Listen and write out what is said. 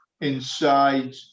inside